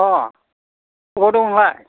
अ अबाव दं नोंलाय